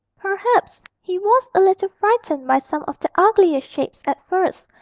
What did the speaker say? perhaps he was a little frightened by some of the ugliest shapes at first,